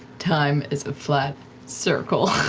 time is a flat circle.